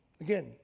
Again